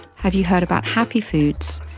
have you heard about happy foods?